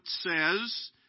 says